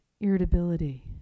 irritability